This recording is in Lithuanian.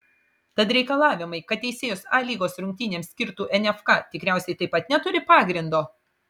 tad reikalavimai kad teisėjus a lygos rungtynėms skirtų nfka tikriausiai taip pat neturi pagrindo